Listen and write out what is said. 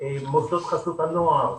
מוסדות חסות הנוער,